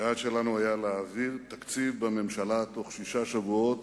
היעד שלנו היה להעביר תקציב בממשלה בתוך שישה שבועות,